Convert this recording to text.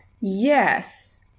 Yes